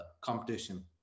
competition